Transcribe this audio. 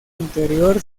interior